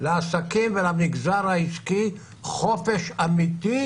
לעסקים ולמגזר העסקי חופש אמיתי,